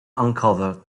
uncovered